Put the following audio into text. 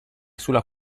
sulla